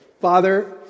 Father